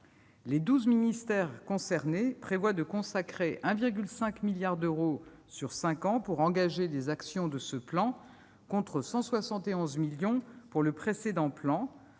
Les douze ministères concernés prévoient de consacrer 1,5 milliard d'euros sur cinq ans pour engager les actions de ce plan contre 171 millions d'euros pour le précédent,